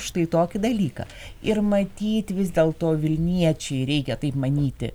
štai tokį dalyką ir matyt vis dėlto vilniečiai reikia taip manyti